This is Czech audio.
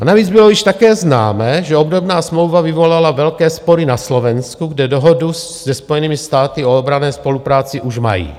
A navíc bylo již také známé, že obdobná smlouva vyvolala velké spory na Slovensku, kde dohodu se Spojenými státy o obranné spolupráci už mají.